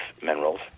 minerals